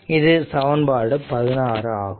இது சமன்பாடு 16 ஆகும்